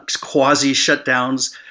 quasi-shutdowns